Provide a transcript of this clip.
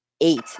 eight